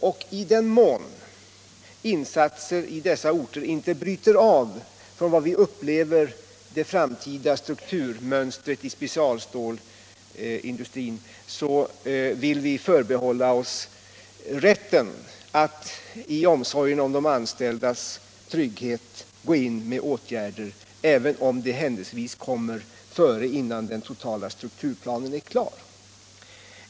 I den mån insatser på dessa orter inte avviker från vad vi upplever som det framtida strukturmönstret i specialstålindustrin vill vi förbehålla oss rätten att i omsorgen om de anställdas trygghet vidta åtgärder även innan den totala strukturplanen är klar.